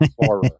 horror